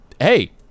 Hey